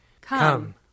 Come